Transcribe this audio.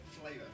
flavor